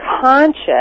Conscious